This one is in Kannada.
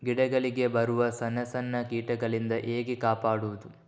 ಗಿಡಗಳಿಗೆ ಬರುವ ಸಣ್ಣ ಸಣ್ಣ ಕೀಟಗಳಿಂದ ಹೇಗೆ ಕಾಪಾಡುವುದು?